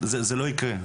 זה לא יקרה,